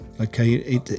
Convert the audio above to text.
Okay